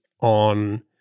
on